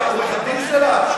אתה העורך-דין שלה?